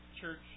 church